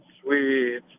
Sweet